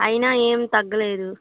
అయినా ఏమి తగ్గలేదు